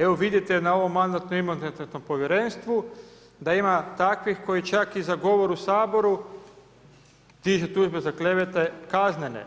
Evo vidite na ovom Mandatno-imunitetnom povjerenstvu da ima takvih koji čak i za govor u Saboru dižu tužbe za klevete kaznene,